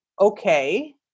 okay